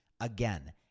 again